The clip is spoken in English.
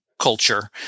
culture